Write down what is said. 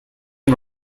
and